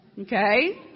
okay